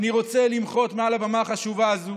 אני רוצה למחות מעל הבמה החשובה הזו